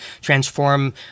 transform